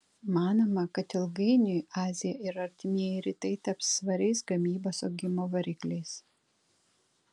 manoma kad ilgainiui azija ir artimieji rytai taps svariais gamybos augimo varikliais